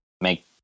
make